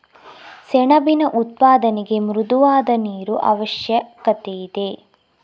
ಸೆಣಬಿನ ಉತ್ಪಾದನೆಗೆ ಮೃದುವಾದ ನೀರು ಅವಶ್ಯಕತೆಯಿದೆ